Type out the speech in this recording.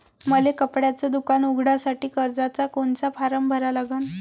मले कपड्याच दुकान उघडासाठी कर्जाचा कोनचा फारम भरा लागन?